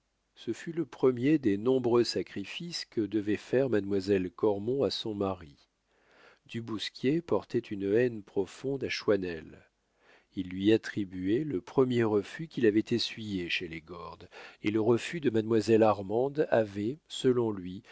ce fut le premier des nombreux sacrifices que devait faire mademoiselle cormon à son mari du bousquier portait une haine profonde à choisnel il lui attribuait le premier refus qu'il avait essuyé chez les gordes et le refus de mademoiselle armande avait selon lui